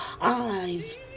eyes